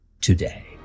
today